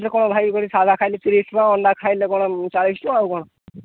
କ'ଣ ଭାଇ କର ସାଧା ଖାଇଲେ ତିରିଶ ଟଙ୍କା ଅଣ୍ଡା ଖାଇଲେ କ'ଣ ଚାଳିଶ ଟଙ୍କା ଆଉ କ'ଣ